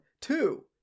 two